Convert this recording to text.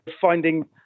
finding